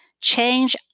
Change